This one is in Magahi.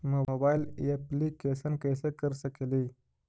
मोबाईल येपलीकेसन कैसे कर सकेली?